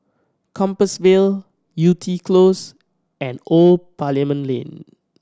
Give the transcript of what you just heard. Compassvale Yew Tee Close and Old Parliament Lane